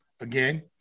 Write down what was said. again